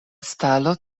stalo